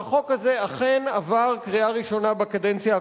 והחוק הזה אכן עבר קריאה ראשונה בקדנציה הקודמת.